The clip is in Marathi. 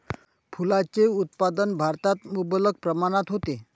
फुलांचे उत्पादन भारतात मुबलक प्रमाणात होते